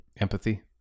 empathy